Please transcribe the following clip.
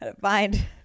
Find